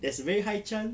there's a very high chance